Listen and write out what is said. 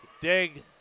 dig